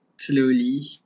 slowly